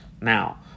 now